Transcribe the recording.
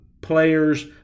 players